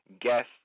guest